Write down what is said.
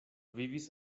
vivis